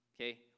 okay